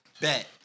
bet